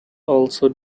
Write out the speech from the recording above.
also